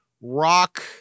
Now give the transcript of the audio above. rock